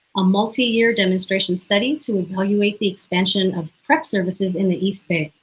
a multi-year demonstration study to evaluate the expansion of prep services in the east bay.